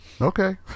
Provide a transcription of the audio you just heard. okay